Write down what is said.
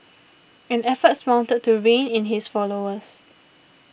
and efforts mounted to rein in his followers